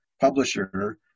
publisher